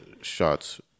shots